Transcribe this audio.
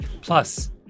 Plus